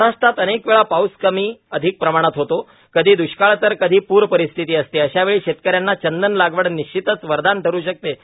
महाराष्ट्रात अनेक वेळा पाऊस कमी अधिक प्रमाणात होतो कधी द्रष्काळ तर कधीप्र परिस्थिती असते अशा वेळी शेतकऱ्यांना चंदन लागवड निश्चित वरदान ठरू शकते